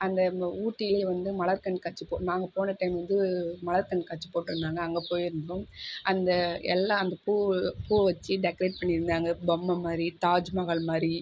அங்கே இருந்தோம் ஊட்டிலேயே வந்து மலர் கண்காட்சிப்போ நாங்கள் போன டைம் வந்து மலர் கண்காட்சிப் போட்டுருந்தாங்க அங்கே போயிருந்தோம் அந்த எல்லாம் அந்த பூவு பூ வச்சு டெக்கரேட் பண்ணிருந்தாங்க பொம்மை மாதிரி தாஜ்மஹால் மாதிரி